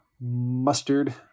Mustard